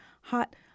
hot